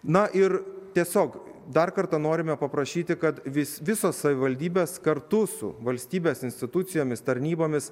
na ir tiesiog dar kartą norime paprašyti kad vis visos savivaldybės kartu su valstybės institucijomis tarnybomis